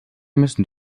müssen